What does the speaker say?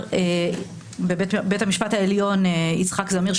לשעבר בבית המשפט העליון יצחק זמיר,